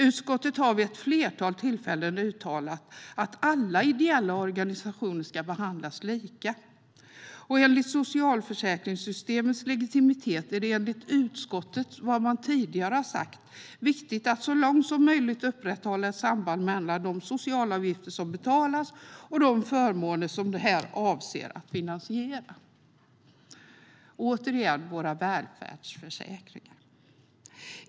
Utskottet har vid ett flertal tillfällen uttalat att alla ideella organisationer ska behandlas lika. För socialförsäkringssystemets legitimitet är det enligt vad utskottet tidigare sagt viktigt att så långt som möjligt upprätthålla sambandet mellan de socialavgifter som betalas och de förmåner som de avser att finansiera. Återigen: Det är våra välfärdsförsäkringar.